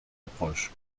approche